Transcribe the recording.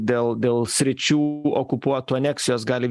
dėl dėl sričių okupuotų aneksijos gali